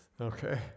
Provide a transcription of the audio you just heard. Okay